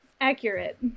accurate